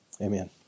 Amen